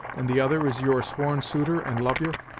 and the other is your sworn suitor and lovyer?